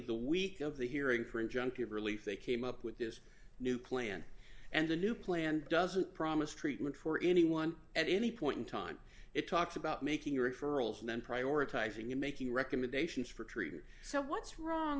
the week of the hearing for injunctive relief they came up with this new plan and the new plan doesn't promise treatment for anyone at any point in time it talks about making referrals and then prioritizing and making recommendations for treatment so what's wrong